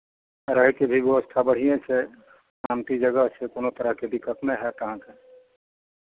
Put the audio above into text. रहयके भी व्यवस्था बढ़िएँ छै शान्ति जगह छै कोनो तरहके दिक्कत नहि हएत अहाँकेँ